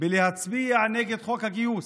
בהצבעה נגד חוק הגיוס.